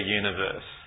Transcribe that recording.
universe